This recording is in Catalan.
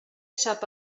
sap